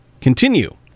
continue